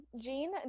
Jean